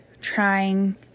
trying